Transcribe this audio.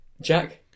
Jack